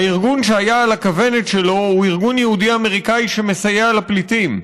הארגון שהיה על הכוונת שלו הוא ארגון יהודי אמריקאי שמסייע לפליטים.